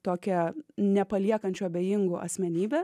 tokią nepaliekančių abejingų asmenybę